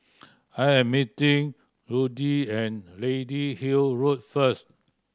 I am meeting Ludie and Lady Hill Road first